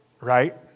right